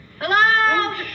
hello